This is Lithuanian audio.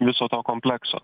viso to komplekso